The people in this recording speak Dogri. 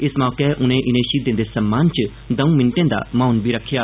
इस मौके उनें शहीदें दे सम्मान च दौं मिंटें दा मौन बी रक्खेआ